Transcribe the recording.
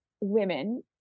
women